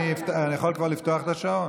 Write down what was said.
אני יכול לפתוח את השעון?